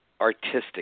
artistic